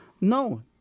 No